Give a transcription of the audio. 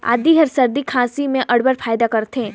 आदी हर सरदी खांसी में अब्बड़ फएदा करथे